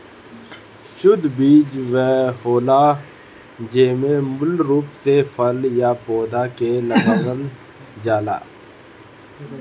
शुद्ध बीज उ होला जेमे मूल रूप से फल या पौधा के लगावल जाला